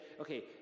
okay